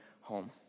home